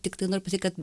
tiktai noriu pasakyt kad